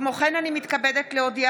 כמו כן, אני מתכבדת להודיעכם